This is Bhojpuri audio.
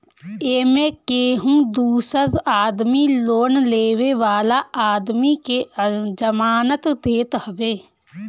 एमे केहू दूसर आदमी लोन लेवे वाला आदमी के जमानत देत हवे